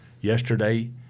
yesterday